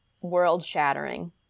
world-shattering